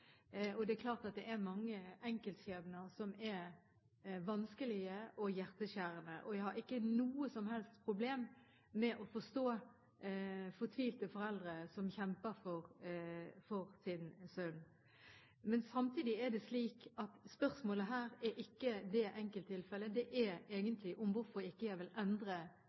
Det er klart at det er mange enkeltskjebner som er vanskelige og hjerteskjærende. Jeg har ikke noe som helst problem med å forstå fortvilte foreldre som kjemper for sin sønn. Men samtidig er det slik at spørsmålet her ikke handler om det enkelttilfellet. Det er egentlig hvorfor jeg ikke vil endre